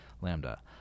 Lambda